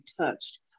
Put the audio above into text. touched